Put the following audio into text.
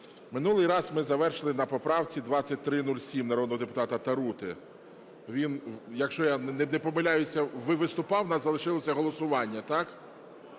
минулий раз ми завершили на поправці 2307 народного депутата Тарути. Він, якщо я не помиляюся, виступав. У нас залишилося голосування, так?